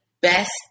best